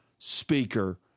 speaker